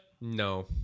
No